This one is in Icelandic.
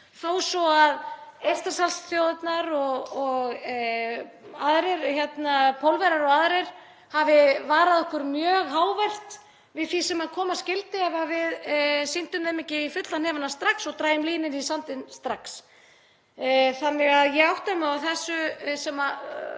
þó svo að Eystrasaltsþjóðirnar, Pólverjar og aðrir hafi varað okkur mjög hávært við því sem koma skyldi ef við sýndum þeim ekki í fulla hnefana strax og drægjum línu í sandinn strax. Þannig að ég átta mig á að þessu sem